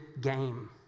game